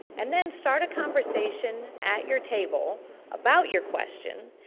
and then start a conversation at your table about your question.